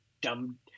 dumb